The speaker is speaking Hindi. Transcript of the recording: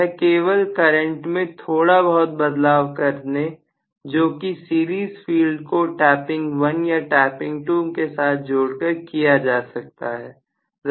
यह केवल करंट में थोड़ा बहुत बदलाव करने जो कि सीरीज फील्ड को टैपिंग 1 या टैपिंग 2 के साथ जोड़कर किया जा सकता है